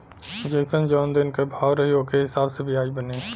जइसन जौन दिन क भाव रही ओके हिसाब से बियाज बनी